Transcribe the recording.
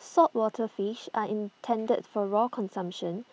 saltwater fish are intended for raw consumption